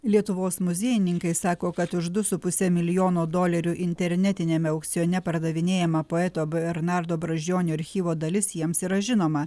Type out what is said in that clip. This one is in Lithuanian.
lietuvos muziejininkai sako kad už du su puse milijono dolerių internetiniame aukcione pardavinėjama poeto bernardo brazdžionio archyvo dalis jiems yra žinoma